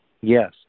Yes